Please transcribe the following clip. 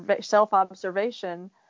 self-observation